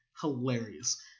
Hilarious